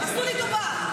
עשו לי טובה.